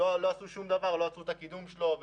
לא עשו שום דבר, לא עצרו את הקידום שלו.